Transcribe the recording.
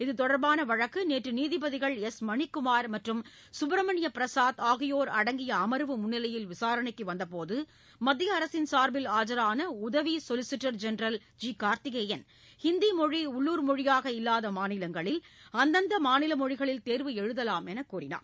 இத்தொடர்பான வழக்கு நேற்று நீதிபதிகள் எஸ் மணிகுமார் மற்றும் சுப்பிரமணிய பிரசாத் ஆகியோர் அடங்கிய அமர்வு முன்னிலையில் விசாரணைக்கு வந்தபோது மத்திய அரசின் சார்பில் ஆஜான உதவி solicitor general G Karthikeyan Hindi மொழி உள்ளூர் மொழியாக இல்லாத மாநிலங்களில் அந்தந்த மாநில மொழிகளில் தேர்வு எழுதலாம் என்று கூறினார்